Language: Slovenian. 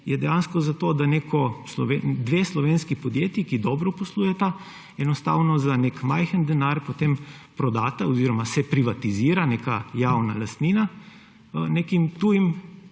je dejansko za to, da dve slovenski podjetji, ki dobro poslujeta, enostavno za neki majhen denar prodate oziroma se privatizira neka javna lastnika nekim tujim